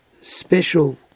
special